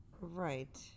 Right